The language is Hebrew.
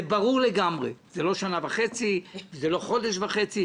זה ברור לגמרי, זה לא שנה וחצי, זה לא חודש וחצי.